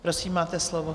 Prosím, máte slovo.